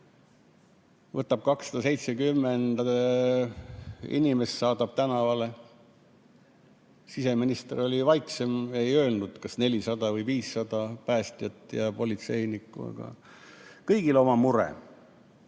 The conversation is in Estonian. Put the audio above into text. võtab 270 inimest, saadab tänavale. Siseminister oli vaiksem, ei öelnud, kas läheb 400 või 500 päästjat ja politseinikku, aga kõigil on oma